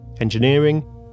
engineering